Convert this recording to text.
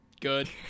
good